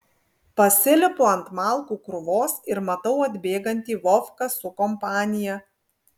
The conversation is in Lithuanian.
pasilipu ant malkų krūvos ir matau atbėgantį vovką su kompanija